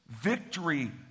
Victory